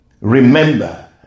remember